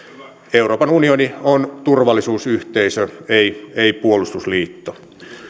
euroopan unioni on turvallisuusyhteisö ei ei puolustusliitto